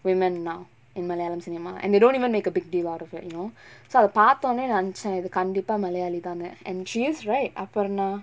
women now in malayalam cinema and they don't even make a big deal out of it you know so அத பாத்தோனே நா நினைச்ச இது கன்டிப்பா:atha pathonae naa ninaicha ithu kandippaa malayali தான்னு:thaannu and she is right aparna